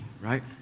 right